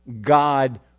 God